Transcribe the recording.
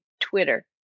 Twitter